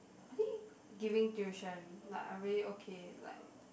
I think giving tuition like I really okay like